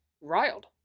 riled